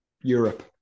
Europe